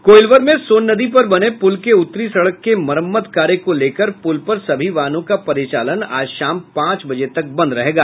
कोईलवर में सोन नदी पर बने पुल के उत्तरी सड़क के मरम्मत कार्य को लेकर पूल पर सभी वाहनों का परिचालन आज शाम पांच बजे तक बंद रहेगा